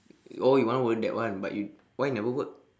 oh you want work that one but why you never work